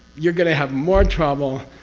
you're going to have more trouble,